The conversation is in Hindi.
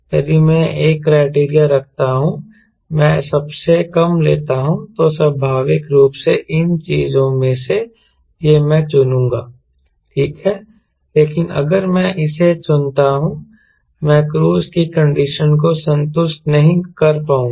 यदि मैं एक क्राइटेरिया रखता हूं मैं सबसे कम लेता हूं तो स्वाभाविक रूप से इन चीजों में से यह मैं चुनूंगा ठीक है लेकिन अगर मैं इसे चुनता हूं तो मैं क्रूज की कंडीशन को संतुष्ट नहीं कर पाऊंगा